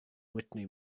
whitney